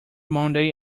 monday